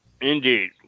Indeed